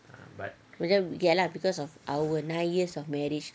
kirakan iya lah because of our nine years of marriage